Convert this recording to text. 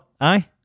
aye